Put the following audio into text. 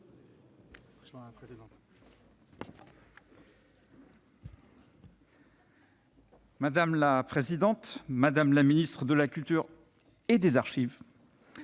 Madame la présidente, madame la ministre de la culture et des archives,